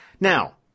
Now